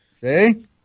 See